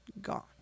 gone